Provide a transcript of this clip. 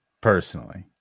Personally